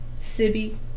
Sibby